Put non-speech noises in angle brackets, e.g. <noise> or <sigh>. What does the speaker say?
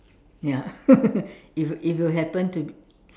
ya <laughs> if you if you happen to be